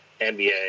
NBA